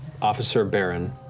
officer baron.